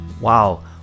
Wow